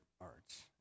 arts